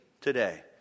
today